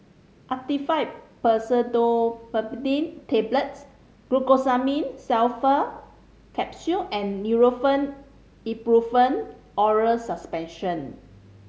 Actifed Pseudoephedrine Tablets Glucosamine Sulfate Capsule and Nurofen Ibuprofen Oral Suspension